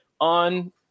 on